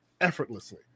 effortlessly